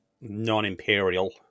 non-imperial